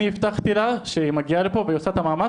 ואני הבטחתי לה שהיא מגיעה לפה ועושה את המאמץ,